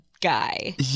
guy